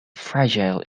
fragile